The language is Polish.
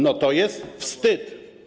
No to jest wstyd.